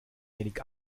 wenig